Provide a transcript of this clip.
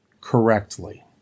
correctly